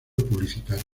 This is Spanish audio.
publicitaria